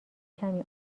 کمی